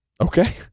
Okay